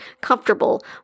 comfortable